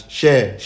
share